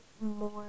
more